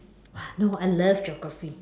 !wah! you know I love geography